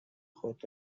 خود